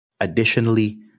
additionally